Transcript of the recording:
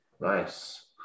Nice